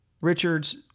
Richards